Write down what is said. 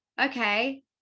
okay